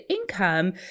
income